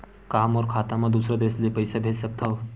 का मोर खाता म दूसरा देश ले पईसा भेज सकथव?